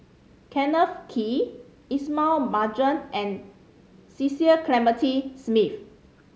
Kenneth Kee Ismail Marjan and Cecil Clementi Smith